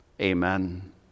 Amen